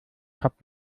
kap